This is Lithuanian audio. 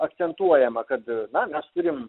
akcentuojama kad mes turim